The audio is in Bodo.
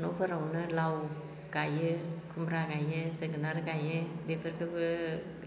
न'फोरावनो लाव गायो खुमब्रा गायो जोगोनार गायो बेफोरखोबो